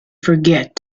forget